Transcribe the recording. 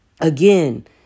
again